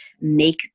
make